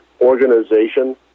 organization